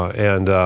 and